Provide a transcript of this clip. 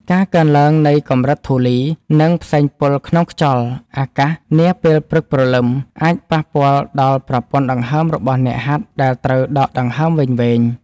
ការកើនឡើងនៃកម្រិតធូលី និងផ្សែងពុលក្នុងខ្យល់អាកាសនាពេលព្រឹកព្រលឹម អាចប៉ះពាល់ដល់ប្រព័ន្ធដង្ហើមរបស់អ្នកហាត់ដែលត្រូវដកដង្ហើមវែងៗ។